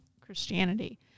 christianity